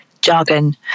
jargon